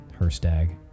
Herstag